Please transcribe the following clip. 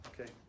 Okay